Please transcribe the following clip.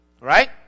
Right